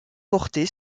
portée